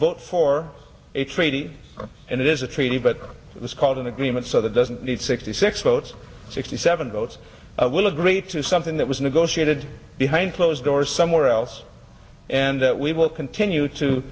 treaty and it is a treaty but it's called an agreement so that doesn't need sixty six votes sixty seven votes will agree to something that was negotiated behind closed doors somewhere else and that we will continue to